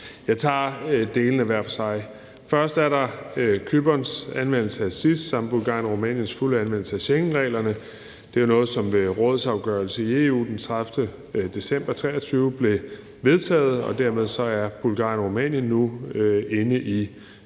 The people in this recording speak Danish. Jeg tager delene hver for sig. Først er der Cyperns anvendelse af SIS samt Bulgarien og Rumæniens fulde anvendelse af Schengenreglerne. Det var jo noget, som blev vedtaget ved en rådsafgørelse i EU den 30. december 2023, og dermed er Bulgarien og Rumænien nu med i